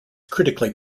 critically